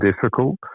difficult